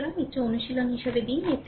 সুতরাং একটি অনুশীলন হিসাবে দিন